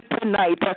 tonight